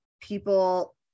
people